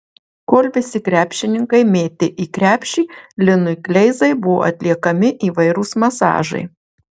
kol visi krepšininkai mėtė į krepšį linui kleizai buvo atliekami įvairūs masažai